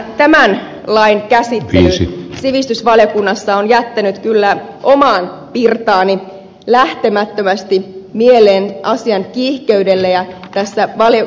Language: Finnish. tämän lain käsittely sivistysvaliokunnassa on jäänyt kyllä omaan pirtaani lähtemättömästi mieleen asian kiihkeydessä